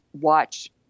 watch